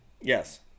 yes